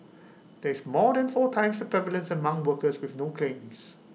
this is more than four times the prevalence among workers with no claims